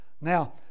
Now